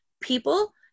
people